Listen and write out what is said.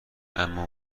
اما